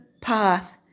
path